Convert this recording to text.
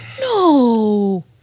No